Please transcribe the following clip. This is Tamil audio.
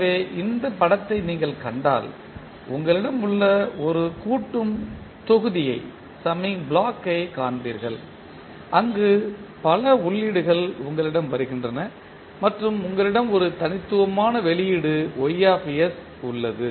எனவே இந்த படத்தை நீங்கள் கண்டால் உங்களிடம் உள்ள ஒரு கூட்டும் தொகுதியை க் காண்பீர்கள் அங்கு பல உள்ளீடுகள் உங்களிடம் வருகின்றன மற்றும் உங்களிடம் ஒரு தனித்துவமான வெளியீடு Y உள்ளது